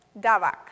Davak